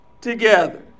together